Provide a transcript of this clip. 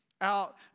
out